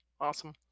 Awesome